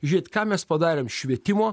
žiūrėt ką mes padarėm švietimo